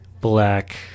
black